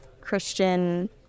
Christian